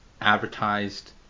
advertised